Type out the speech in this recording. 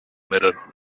mirror